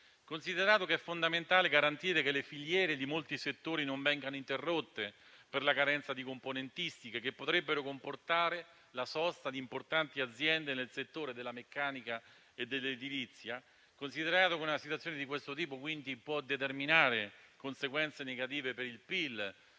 considerato che è fondamentale garantire che le filiere di molti settori non vengano interrotte per la carenza di componentistiche che potrebbero comportare la sosta di importanti aziende nel settore della meccanica e dell'edilizia; considerato che una situazione di questo tipo può determinare conseguenze negative per il PIL